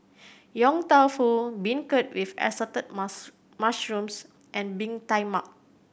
Yong Tau Foo beancurd with assorted mus mushrooms and Bee Tai Mak